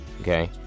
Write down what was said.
Okay